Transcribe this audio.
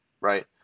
Right